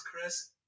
Chris